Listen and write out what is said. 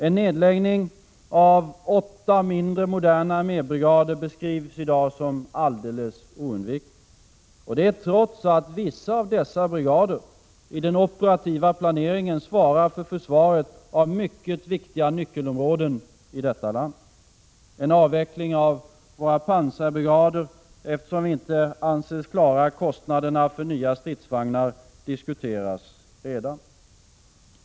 En nedläggning av åtta mindre moderna armébrigader beskrivs som helt oundviklig, trots att vissa av dessa brigader i den operativa planeringen svarar för försvaret av nyckelområden i vårt land. En avveckling av våra pansarbrigader diskuteras redan, eftersom vi inte anses klara kostnaderna för en ny stridsvagn.